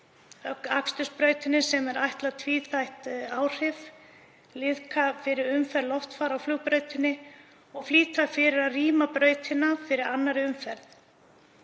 Akstursbrautinni eru ætluð tvíþætt áhrif, að liðka fyrir umferð loftfara á flugbrautinni og flýta fyrir því að rýma brautina fyrir annarri umferð.